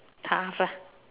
tough ah